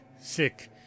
sick